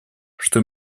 что